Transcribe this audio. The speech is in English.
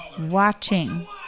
watching